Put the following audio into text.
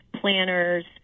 planners